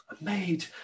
made